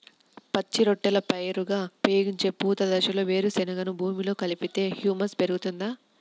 పచ్చి రొట్టెల పైరుగా ఉపయోగించే పూత దశలో వేరుశెనగను భూమిలో కలిపితే హ్యూమస్ పెరుగుతుందా?